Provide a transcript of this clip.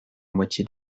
moitié